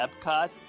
Epcot